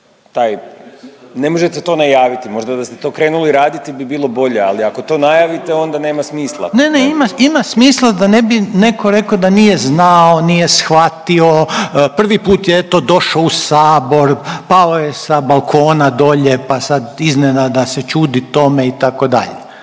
ne možete to najaviti, možda da ste to krenuli raditi bi bilo bolje, ali ako to najavite onda nema smisla. **Reiner, Željko (HDZ)** …/Upadica Reiner: Ne, ne, ima, ima smisla da ne bi neko rekao da nije znao, nije shvatio, prvi put je to došlo u sabor, pao je sa balkona dolje, pa sad iznenada se čudi tome itd..